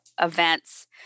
events